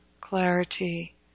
clarity